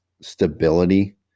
stability